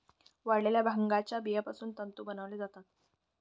वाळलेल्या भांगाच्या बियापासून तंतू बनवले जातात